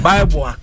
Bible